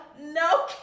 No